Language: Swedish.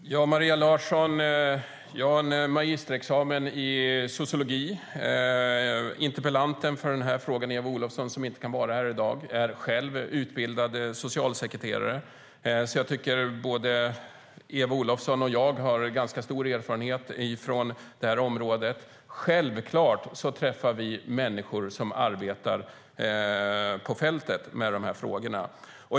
Fru talman! Jag har en magisterexamen i sociologi och interpellanten Eva Olofsson, som inte kan vara här i dag, är själv utbildad socialsekreterare, Maria Larsson. Jag tycker att både Eva Olofsson och jag har ganska stor erfarenhet från området. Självklart träffar vi människor som arbetar på fältet med dessa frågor.